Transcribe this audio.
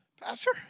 Pastor